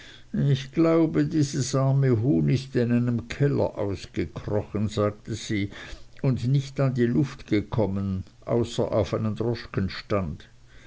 ich glaube dieses arme huhn ist in einem keller ausgekrochen sagte sie und nicht an die luft gekommen außer auf einen